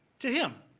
to him,